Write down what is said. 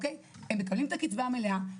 הם מקבלים את הקצבה המלאה,